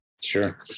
Sure